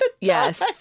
Yes